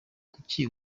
kuki